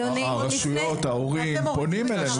הרשויות, ההורים פונים אלינו.